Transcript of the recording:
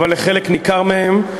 אבל לחלק ניכר מהם.